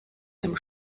dem